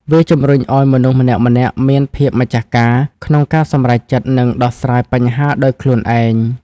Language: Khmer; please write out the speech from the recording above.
វាជំរុញឲ្យមនុស្សម្នាក់ៗមាន ភាពម្ចាស់ការ ក្នុងការសម្រេចចិត្ត និងដោះស្រាយបញ្ហាដោយខ្លួនឯង។